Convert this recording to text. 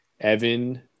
Evan